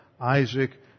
Isaac